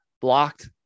blocked